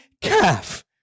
calf